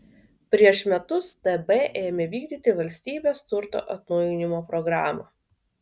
prieš metus tb ėmė vykdyti valstybės turto atnaujinimo programą